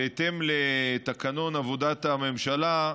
בהתאם לתקנון עבודת הממשלה,